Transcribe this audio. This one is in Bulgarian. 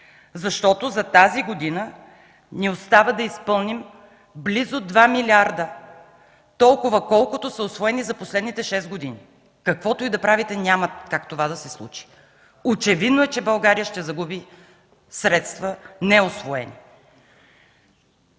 защото за тази година ни остава да изпълним близо 2 милиарда – колкото са усвоени през последните шест години. Каквото и да правите, няма как това да се случи. Очевидно е, че България ще загуби неусвоени